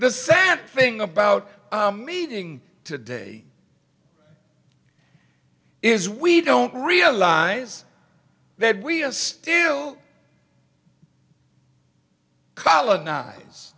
the sad thing about meeting today is we don't realize that we are still coloni